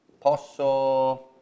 posso